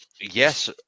yes